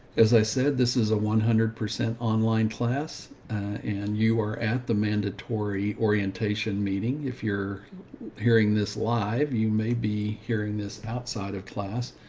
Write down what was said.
as i said, this is a one hundred percent online class and you are at the mandatory orientation meeting. if you're hearing this live, you may be hearing this outside of class.